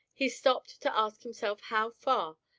he stopped to ask himself how far,